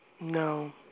No